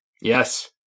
Yes